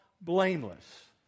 blameless